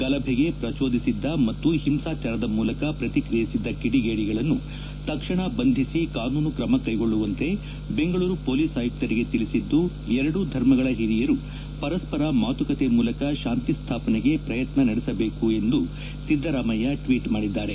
ಗಲಭೆಗೆ ಪ್ರಚೋದಿಸಿದ್ದ ಮತ್ತು ಹಿಂಸಾಚಾರದ ಮೂಲಕ ಪ್ರತಿಕ್ರಿಯಿಸಿದ್ದ ಕಿಡಿಗೇಡಿಗಳನ್ನು ತಕ್ಷಣ ಬಂಧಿಸಿ ಕಾನೂನು ಕ್ರಮ ಕೈಗೊಳ್ಳುವಂತೆ ಬೆಂಗಳೂರು ಪೊಲೀಸ್ ಆಯುಕ್ತರಿಗೆ ತಿಳಿಸಿದ್ದು ಎರಡೂ ಧರ್ಮಗಳ ಹಿರಿಯರು ಪರಸ್ವರ ಮಾತುಕತೆ ಮೂಲಕ ಶಾಂತಿ ಸ್ಥಾಪನೆಗೆ ಪ್ರಯತ್ನ ನಡೆಸಬೇಕು ಎಂದು ಸಿದ್ದರಾಮಯ್ಯ ಟ್ವೀಟ್ ಮಾಡಿದ್ದಾರೆ